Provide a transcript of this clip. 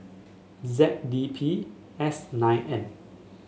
Z D P S nine N